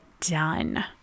done